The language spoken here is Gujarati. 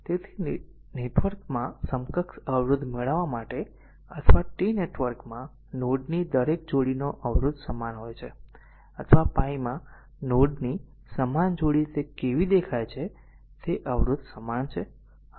તેથી નેટવર્ક માં સમકક્ષ અવરોધ મેળવવા માટે અથવા T નેટવર્ક માં નોડ ની દરેક જોડીનો અવરોધ સમાન હોય છે અથવા pi માં નોડ ની સમાન જોડી તે કેવી દેખાય છે તે અવરોધ સમાન છે